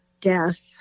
death